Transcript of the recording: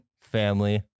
family